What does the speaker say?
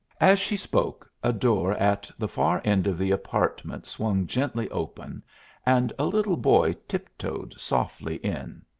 as she spoke, a door at the far end of the apartment swung gently open and a little boy tiptoed softly in.